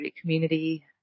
community